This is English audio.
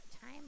time